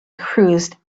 cruised